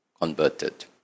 converted